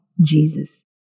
Jesus